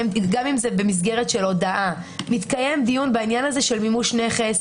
גם אם זה במסגרת של הודעה מתקיים דיון בעניין הזה של מימוש נכס,